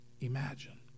imagine